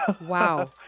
wow